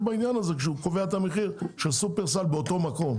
בעניין הזה כשהוא קובע את המחיר של שופרסל באותו מקום.